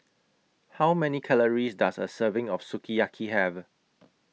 How Many Calories Does A Serving of Sukiyaki Have